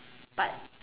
but